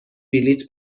بلیت